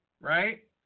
right